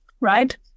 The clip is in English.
right